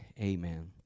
Amen